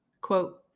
quote